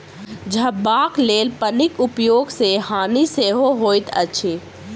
झपबाक लेल पन्नीक उपयोग सॅ हानि सेहो होइत अछि